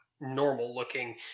normal-looking